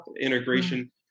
integration